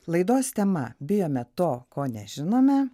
laidos tema bijome to ko nežinome